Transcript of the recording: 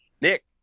Nick